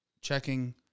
checking